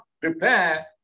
prepare